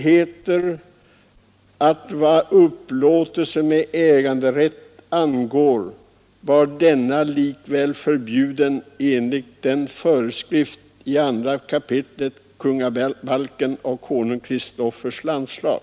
Vad upplåtelse med äganderätt angår var sådan förbjuden enligt en föreskrift i andra kapitlet kungabalken av konung Kristofers landslag.